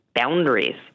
boundaries